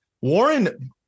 Warren